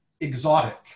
exotic